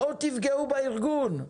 בואו תפגעו בארגון.